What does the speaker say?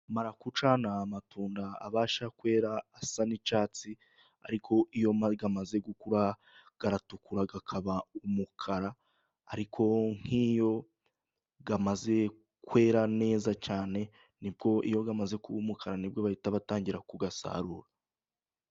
Marakuca ni amatunda abasha kwera asa n'icyatsi, ariko iyo amaze gukura aratukura akaba umukara, ariko nk'iyo amaze kwera neza cyane ni bwo iyo amaze kuba umukara ni bwo bahita batangira kuyasarura.